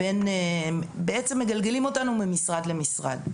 בעצם מגלגלים אותנו ממשרד למשרד.